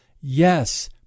yes